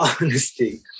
honesty